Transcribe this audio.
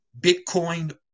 Bitcoin